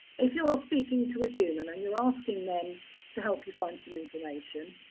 if you're speaking to a human, and you're asking them to help you find some information,